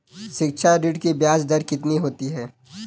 शिक्षा ऋण की ब्याज दर कितनी होती है?